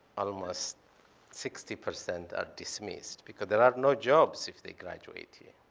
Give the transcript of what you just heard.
almost sixty percent are dismissed because there are no jobs if they graduate here.